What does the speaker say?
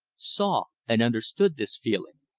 saw and understood this feeling.